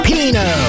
Pino